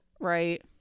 Right